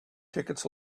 tickets